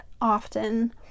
often